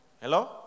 Hello